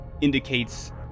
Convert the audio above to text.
indicates